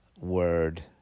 word